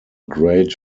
great